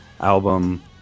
album